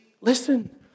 listen